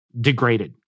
degraded